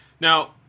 Now